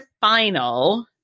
final